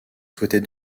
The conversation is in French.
souhaitait